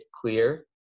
clear